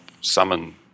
summon